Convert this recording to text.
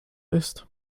ist